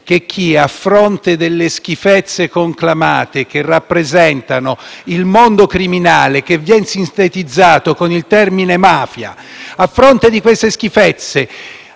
che a fronte delle schifezze conclamate, che rappresentano il mondo criminale che viene sintetizzato con il termine mafia, a fronte di reati